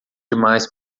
demais